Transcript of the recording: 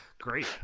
Great